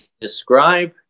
describe